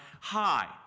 high